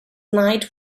night